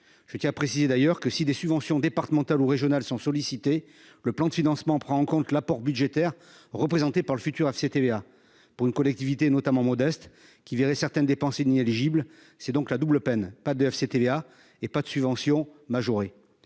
Je tiens à préciser que, si des subventions départementales ou régionales sont sollicitées, le plan de financement prend en compte l'apport budgétaire représenté par le futur FCTVA. Pour une collectivité modeste qui verrait certaines dépenses inéligibles, c'est donc la double peine : pas de FCTVA et pas de subvention majorée.